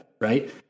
Right